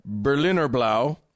Berlinerblau